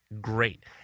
great